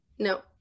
No